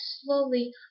slowly